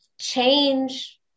change